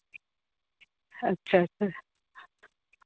ᱟᱪᱪᱷᱟᱼᱟᱪᱪᱷᱟ